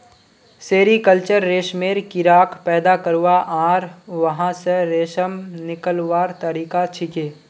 sericulture रेशमेर कीड़ाक पैदा करवा आर वहा स रेशम निकलव्वार तरिका छिके